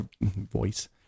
voice